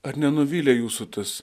ar nenuvylė jūsų tas